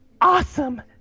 Awesome